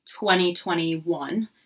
2021